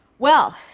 well,